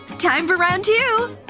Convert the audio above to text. time for round two.